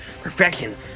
Perfection